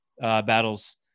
battles